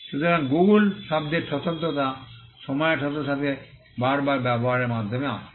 সুতরাং গুগল শব্দের স্বতন্ত্রতা সময়ের সাথে সাথে বার বার ব্যবহারের মাধ্যমে আসে